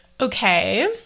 okay